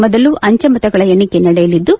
ಮೊದಲು ಅಂಚೆ ಮತಗಳ ಎಣಿಕೆ ನಡೆಯಲಿದ್ದು